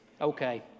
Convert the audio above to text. Okay